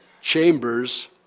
chambers